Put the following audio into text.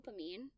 dopamine